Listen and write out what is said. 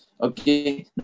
Okay